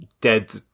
dead